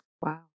Wow